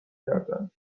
کردند